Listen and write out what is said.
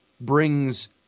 brings